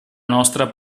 nostra